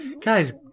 guys